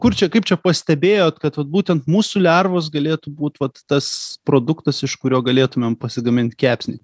kur čia kaip čia pastebėjot kad vat būtent musių lervos galėtų būt vat tas produktas iš kurio galėtumėm pasigamint kepsnį